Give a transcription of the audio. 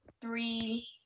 three